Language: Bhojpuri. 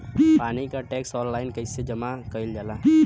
पानी क टैक्स ऑनलाइन कईसे जमा कईल जाला?